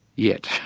yet,